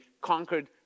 conquered